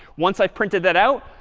once i've printed that out,